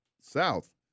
south